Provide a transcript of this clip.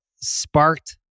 sparked